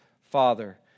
father